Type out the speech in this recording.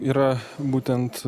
yra būtent